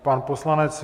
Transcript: Pan poslanec...